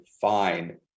fine